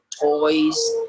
toys